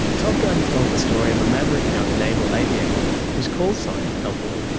top gun tells the story of a maverick young naval aviator whose callsign, helpfully,